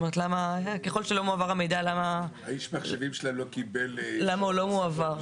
ככל שלא מועבר המידע, למה הוא לא מועבר.